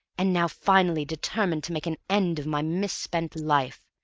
and now finally determined to make an end of my misspent life,